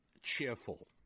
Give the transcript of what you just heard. cheerful